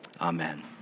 amen